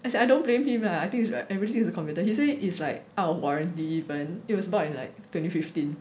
as in I don't blame him lah I think it's about enriching the computer history he said it's like out of warranty even it was bought in like twenty fifteen